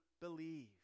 believe